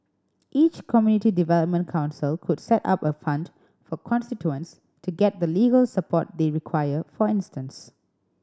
each community development council could set up a fund for constituents to get the legal support they require for instance